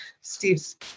Steve's